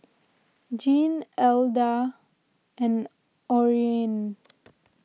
Gene Adela and Orene